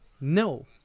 No